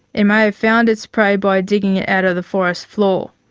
it may have found its prey by digging it out of the forest floor.